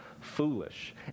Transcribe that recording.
foolish